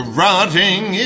rotting